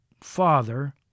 father